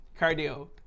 cardio